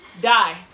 die